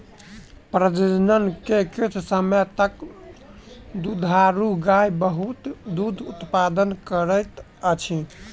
प्रजनन के किछ समय तक दुधारू गाय बहुत दूध उतपादन करैत अछि